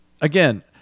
again